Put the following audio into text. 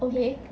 okay